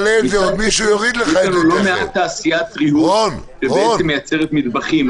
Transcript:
יש לנו לא מעט תעשיית ריהוט שמייצרת מטבחים,